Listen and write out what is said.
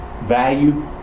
value